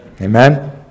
Amen